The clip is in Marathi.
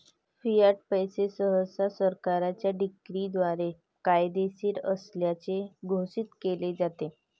फियाट पैसे सहसा सरकारच्या डिक्रीद्वारे कायदेशीर असल्याचे घोषित केले जाते